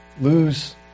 lose